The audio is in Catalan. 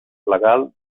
legal